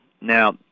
Now